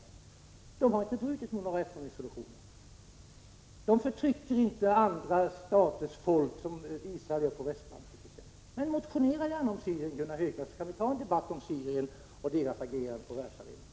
Dessa stater har inte brutit mot några FN-resolutioner, och de förtrycker inte andra länders folk, på det sätt som Israel t.ex. gör på Västbanken. Men motionera gärna om Syrien, Gunnar Hökmark, så får vi ta upp en debatt om det landet och dess agerande på världsarenan.